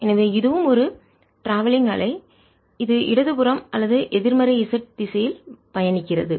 எனவே இதுவும் ஒரு ட்ராவெல்லிங் பயண அலை இது இடது புறம் அல்லது எதிர்மறை z திசையில் பயணிக்கிறது